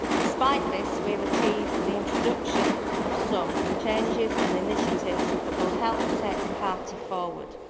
despite this, we have achieved the introduction of some changes and initiatives that will help take the party forward.